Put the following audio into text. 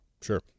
Sure